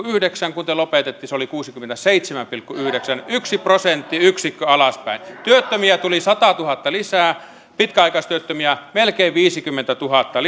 yhdeksän kun te lopetitte se oli kuusikymmentäseitsemän pilkku yhdeksän yksi prosenttiyksikkö alaspäin työttömiä tuli satatuhatta lisää pitkäaikaistyöttömiä melkein viisikymmentätuhatta